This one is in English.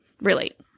relate